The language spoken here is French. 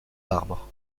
arbres